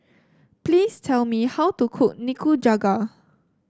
please tell me how to cook Nikujaga